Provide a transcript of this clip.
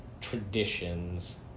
traditions